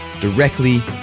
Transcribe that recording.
directly